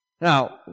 Now